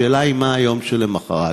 השאלה היא מה יהיה ביום שלמחרת.